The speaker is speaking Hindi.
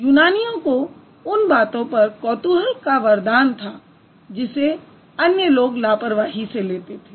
यूनानियों को उन बातों पर कौतूहल का वरदान था जिसे अन्य लोग लापरवाही से लेते थे